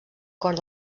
cort